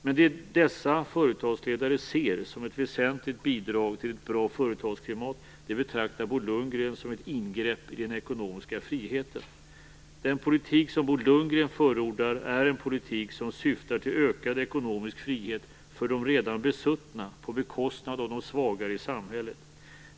Men det dessa företagsledare ser som ett väsentligt bidrag till ett bra företagsklimat betraktar Bo Lundgren som ett ingrepp i den ekonomiska friheten. Den politik som Bo Lundgren förordar är en politik som syftar till ökad ekonomisk frihet för de redan besuttna på bekostnad av de svagare i samhället.